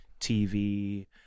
TV